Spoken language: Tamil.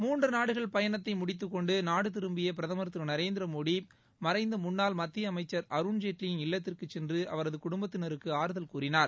மூன்று நாடுகள் பயணத்தை முடித்துக்கொண்டு நாடு திருப்பிய பிரதமர் திரு நரேந்திரமோடி மறைந்த முன்னாள் மத்திய அமைச்சர் அருண்ஜேட்லியின் இல்லத்திற்கு சென்று அவரது குடும்பத்தினருக்கு ஆறுதல் கூறினார்